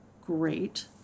great